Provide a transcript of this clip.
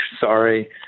sorry